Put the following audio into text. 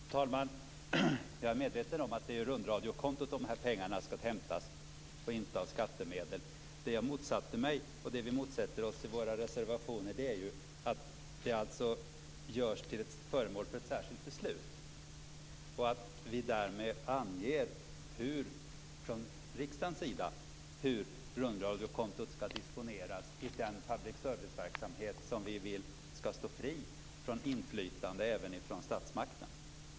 Fru talman! Jag är medveten om att det är från rundradiokontot som pengarna skall hämtas och inte från skattemedel. Det vi motsätter oss i våra reservationer är att det görs till föremål för ett särskilt beslut och att vi från riksdagens sida därmed anger hur rundradiokontot skall disponeras i den public serviceverksamhet som vi vill skall stå fri från inflytande även från statsmakten.